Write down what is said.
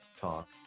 Talk